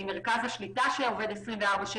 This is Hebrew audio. עם מרכז השליטה שעובד 24/7,